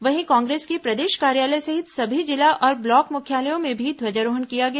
वहीं कांग्रेस के प्रदेष कार्यालय सहित सभी जिला और ब्लॉक मुख्यालयों में भी ध्वजारोहण किया गया